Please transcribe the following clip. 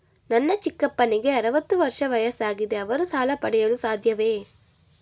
ನನ್ನ ಚಿಕ್ಕಪ್ಪನಿಗೆ ಅರವತ್ತು ವರ್ಷ ವಯಸ್ಸಾಗಿದೆ ಅವರು ಸಾಲ ಪಡೆಯಲು ಸಾಧ್ಯವೇ?